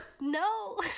No